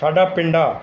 ਸਾਡਾ ਪਿੰਡਾ